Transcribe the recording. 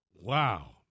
Wow